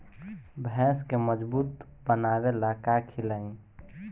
भैंस के मजबूत बनावे ला का खिलाई?